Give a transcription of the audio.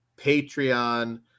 patreon